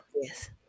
Yes